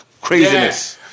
craziness